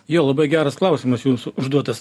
jo labai geras klausimas jūsų užduotas